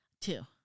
Two